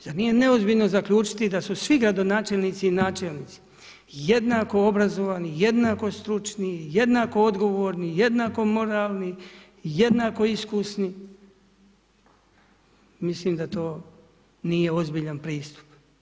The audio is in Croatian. Zar nije neozbiljno zaključiti da su svi gradonačelnici i načelnici jednako obrazovani, jednako stručni, jednako odgovorni, jednako moralni, jednako iskusni, mislim da to nije ozbiljan pristup.